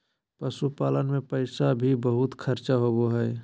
पशुपालन मे पैसा भी बहुत खर्च होवो हय